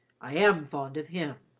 i am fond of him.